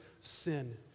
sin